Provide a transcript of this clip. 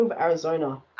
Arizona